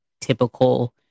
typical